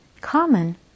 common